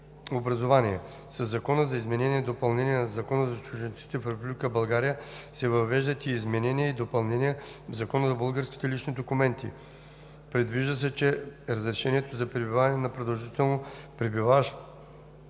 образование. Със Законопроекта за изменение и допълнение на Закона за чужденците в Република България се въвеждат и изменения и допълнения в Закона за българските лични документи. Предвижда се, че разрешението за пребиваване на продължително пребиваващ